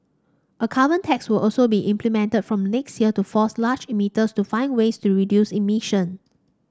a carbon tax will also be implemented from next year to force large emitters to find ways to reduce emission